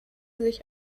sich